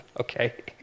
Okay